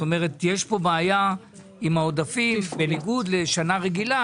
כלומר יש פה בעיה עם העודפים בניגוד לשנה רגילה,